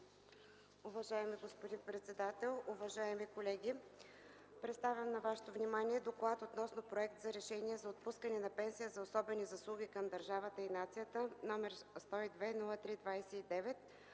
Уважаеми господин председател, уважаеми колеги! Представям на Вашето внимание: „ДОКЛАД Проект за решение за отпускане на пенсия за особени заслуги към държавата и нацията, № 102-03-29,